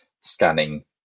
scanning